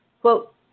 Quote